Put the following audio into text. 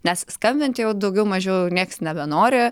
nes skambinti jau daugiau mažiau nieks nebenori